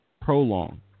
Prolong